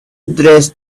dress